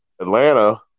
Atlanta